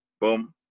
Boom